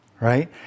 right